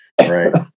Right